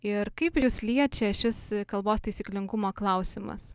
ir kaip jus liečia šis kalbos taisyklingumo klausimas